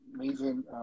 amazing